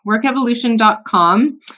workevolution.com